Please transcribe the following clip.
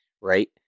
right